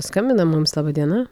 skambina mums laba diena